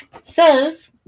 says